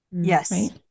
Yes